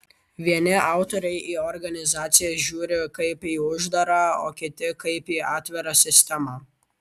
vieni autoriai į organizaciją žiūri kaip į uždarą o kiti kaip į atvirą sistemą